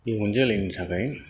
इयुन जोलैनि थाखाय